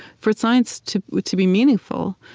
for science to to be meaningful,